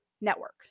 network